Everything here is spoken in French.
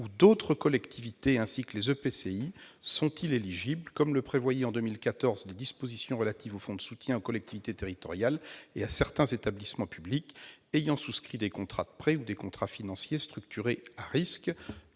ou d'autres collectivités ainsi que les EPCI sont-ils éligibles, comme le prévoyaient en 2014 les dispositions relatives au fonds de soutien aux collectivités territoriales et à certains établissements publics ayant souscrit des contrats de prêt ou des contrats financiers structurés à risques ?